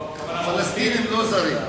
פלסטינים הם לא זרים.